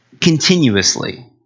continuously